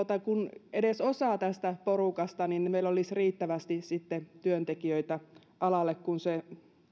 kun edes osa tästä porukasta niin niin meillä olisi riittävästi sitten työntekijöitä alalla kun se